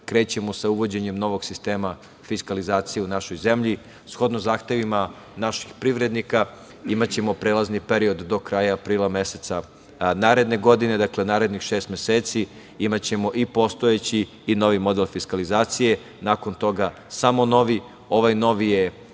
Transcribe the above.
krećemo sa uvođenjem novog sistema fiskalizacije u našoj zemlji. Shodno zahtevima naših privrednika, imaćemo prelazni period do kraja aprila meseca naredne godine. Dakle, narednih šest meseci imaćemo i postojeći i novi model fiskalizacije, a nakon toga samo novi. Ovaj novi je